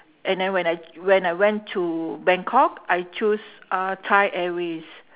and then when I when I went to bangkok I choose uh thai airways